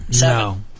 No